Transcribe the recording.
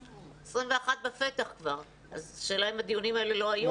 2021 בפתח כבר, אז השאלה אם הדיונים האלה לא היו?